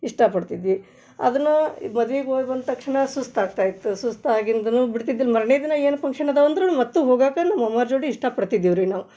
ಇಷ್ಟಪಡ್ತಿದ್ವಿ ಅದನ್ನು ಈ ಮದ್ವಿಗೆ ಹೋಯ್ಬಂದ್ ತಕ್ಷಣ ಸುಸ್ತಾಗ್ತಾ ಇತ್ತು ಸುಸ್ತು ಆಗಿಂದನು ಬಿಡ್ತಿದಿಲ್ಲ ಮರ್ನೆ ದಿನ ಏನು ಫಂಕ್ಷನ್ ಅದಾವೆ ಅಂದ್ರೂ ಮತ್ತೆ ಹೋಗಾಕ್ಕೆ ನಮ್ಮ ಅಮ್ಮಾರ ಜೋಡಿ ಇಷ್ಟಪಡ್ತಿದ್ದೆವು ರೀ ನಾವು